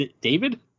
David